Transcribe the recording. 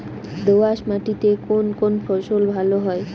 দোঁয়াশ মাটিতে কোন কোন ফসল ভালো হয়?